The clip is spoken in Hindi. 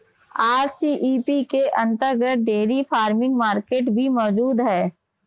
आर.सी.ई.पी के अंतर्गत डेयरी फार्मिंग मार्केट भी मौजूद है